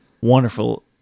wonderful